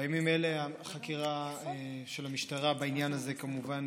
בימים האלה החקירה של המשטרה בעניין הזה כמובן,